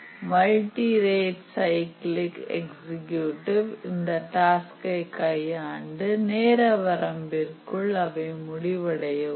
multi ரேட்சைக்கிளிக் executive இந்த டாஸ்க்கை கையாண்டு நேர வரம்பிற்குள் அவை முடிவடைய உதவும்